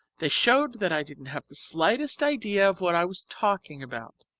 they showed that i didn't have the slightest idea of what i was talking about.